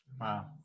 Wow